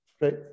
right